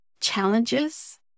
Challenges